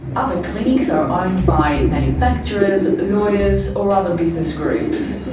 other clinics are owned by manufacturers, lawyers, or other business groups.